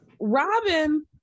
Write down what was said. robin